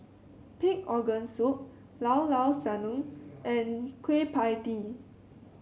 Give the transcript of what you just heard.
Pig Organ Soup Llao Llao Sanum and Kueh Pie Tee